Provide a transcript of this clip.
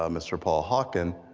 um mr. paul hawken,